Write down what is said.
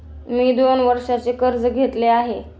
मी दोन वर्षांचे कर्ज घेतले आहे